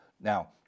Now